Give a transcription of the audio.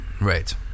Right